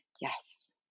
Yes